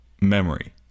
memory